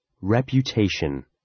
Reputation